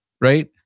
right